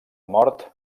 mort